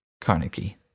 Carnegie